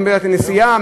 אין הגבלה של הנסיעה?